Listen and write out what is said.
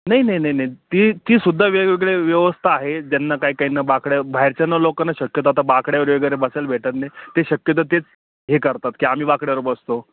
नाही नाही नाही ती ती सुद्धा वेगवेगळे व्यवस्था आहे ज्यांना काय काहींना बाकड्या बाहेरच्या लोकांना शक्यतो आता बाकड्यावर वगैरे बसायला भेटत नाही ते शक्यतो तेच हे करतात की आम्ही बाकड्यावर बसतो